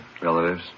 Relatives